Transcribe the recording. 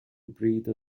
breathe